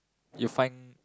you find